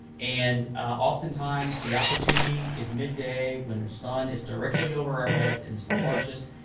and oftentimes the opportunity is midday, when the sun is directly over our heads and is the harshest,